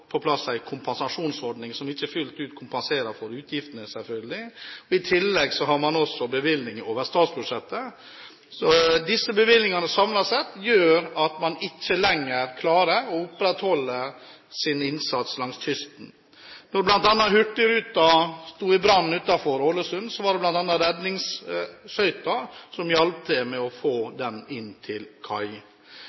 på plass en kompensasjonsordning – som ikke fullt ut kompenserer for utgiftene, selvfølgelig – og i tillegg har man bevilgninger over statsbudsjettet. Disse bevilgningene samlet sett gjør at man ikke lenger klarer å opprettholde innsatsen langs kysten. Da hurtigruta sto i brann utenfor Ålesund, var det bl.a. redningsskøyta som hjalp til med å få